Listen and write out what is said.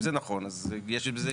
אם זה נכון, אז יש בזה היגיון.